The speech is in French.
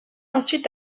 ensuite